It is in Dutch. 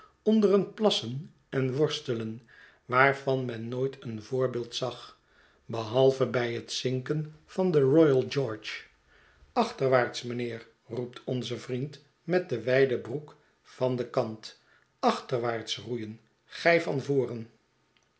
onder een plassen en worstelen waarvan men nooit een voorbeeld zag behalve bij het zinken van de royal george achterwaarts mijnheer roept onze vriend met de wijde broek van den kant achterwaarts roeien gij van voren